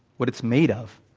what it's made of.